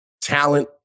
Talent